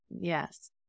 Yes